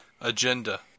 agenda